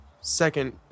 second